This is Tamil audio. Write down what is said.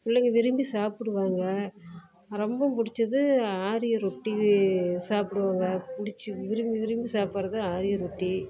பிள்ளைங்க விரும்பி சாப்பிடுவாங்க ரொம்பவும் பிடிச்சது ஆரிய ரொட்டி சாப்பிடுவாங்க பிடிச்சி விரும்பி விரும்பி சாப்பிட்றது ஆரிய ரொட்டி